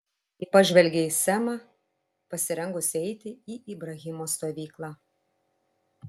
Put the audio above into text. ji pažvelgė į semą pasirengusį eiti į ibrahimo stovyklą